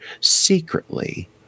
secretly